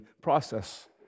process